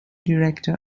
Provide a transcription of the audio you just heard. director